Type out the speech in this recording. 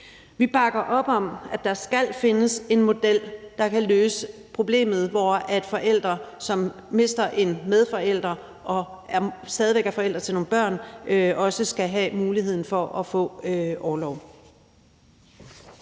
Vi bakker op om, at der skal findes en model, der kan løse problemet, hvor en forælder, som mister en medforælder og stadig væk er forælder til nogle børn, også skal have muligheden for at få orlov.